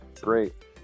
Great